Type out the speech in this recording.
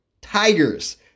Tigers